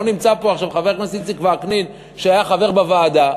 לא נמצא פה עכשיו חבר הכנסת איציק וקנין שהיה חבר בוועדה.